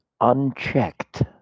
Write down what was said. unchecked